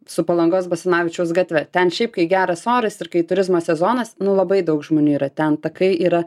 su palangos basanavičiaus gatve ten šiaip kai geras oras ir kai turizmo sezonas nu labai daug žmonių yra ten takai yra